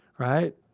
right?